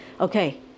okay